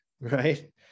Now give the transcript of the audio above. Right